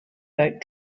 boat